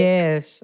Yes